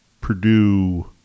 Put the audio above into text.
Purdue